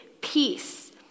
peace